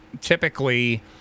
typically